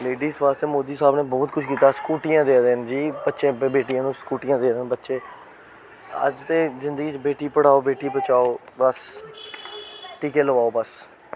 देश आस्तै वैसे मोदी साह्ब नै बहुत कुछ कीता स्कूटियां देआ दे जी बच्चें ई अज्ज दा इयै की बेटी पढ़ाओ ते बेटी बचाओ ते टीके बस इयै